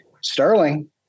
Sterling